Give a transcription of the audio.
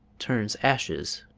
turns ashes